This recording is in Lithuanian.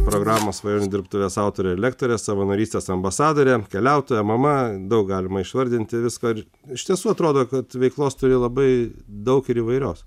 programos svajonių dirbtuvės autorė ir lektorė savanorystės ambasadorė keliautoja mama daug galima išvardinti visko ir iš tiesų atrodo kad veiklos turi labai daug ir įvairios